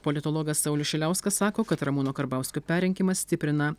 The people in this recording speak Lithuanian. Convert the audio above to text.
politologas saulius šiliauskas sako kad ramūno karbauskio perrinkimas stiprina